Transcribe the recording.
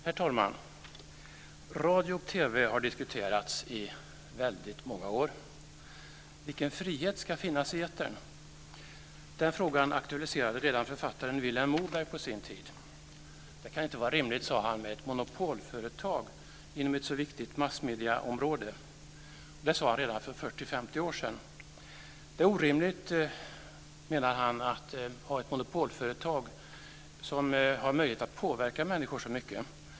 Herr talman! Radio och TV har diskuterats i väldigt många år. Vilken frihet ska finnas i etern? Den frågan aktualiserade redan författaren Vilhelm Moberg på sin tid. Det kan inte vara rimligt, sade han, med ett monopolföretag inom ett så viktigt massmedieområde. Det sade han redan för 40-50 år sedan. Det är orimligt, menade han, att ha ett monopolföretag som har möjlighet att påverka människor så mycket.